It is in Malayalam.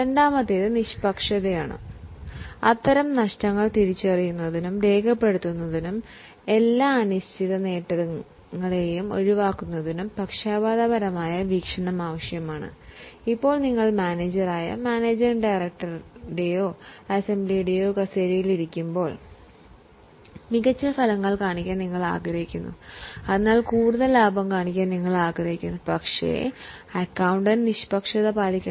രണ്ടാമത്തേത് ന്യൂട്രാലിറ്റി പാലിക്കണം